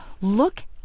Look